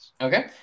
Okay